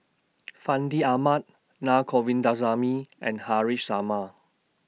Fandi Ahmad Na Govindasamy and Haresh Sharma